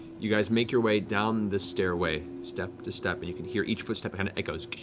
you guys make your way down the stairway, step to step, and you can hear each footstep and echoes